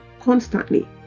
constantly